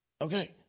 Okay